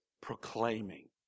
proclaiming